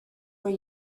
were